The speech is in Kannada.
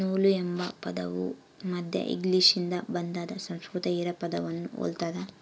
ನೂಲು ಎಂಬ ಪದವು ಮಧ್ಯ ಇಂಗ್ಲಿಷ್ನಿಂದ ಬಂದಾದ ಸಂಸ್ಕೃತ ಹಿರಾ ಪದವನ್ನು ಹೊಲ್ತದ